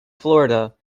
florida